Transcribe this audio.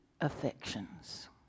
affections